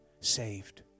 saved